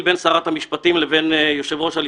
בין שרת המשפטים לבין יושב-ראש הלשכה.